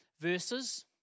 verses